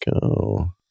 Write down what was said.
go